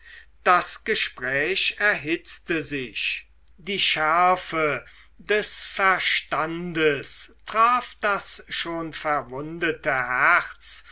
das gespräch erhitzte sich die schärfe des verstandes traf das schon verwundete herz